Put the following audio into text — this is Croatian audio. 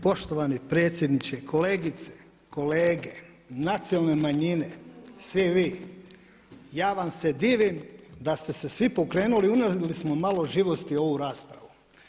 Poštovani predsjedniče, kolegice, kolege, nacionalne manjine, svi vi ja vam se divim da ste se svi pokrenuli, unijeli smo malo živosti u ovu raspravu.